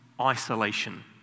isolation